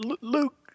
Luke